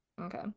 Okay